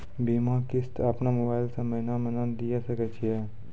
बीमा किस्त अपनो मोबाइल से महीने महीने दिए सकय छियै?